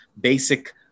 basic